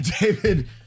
David